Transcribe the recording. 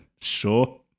Sure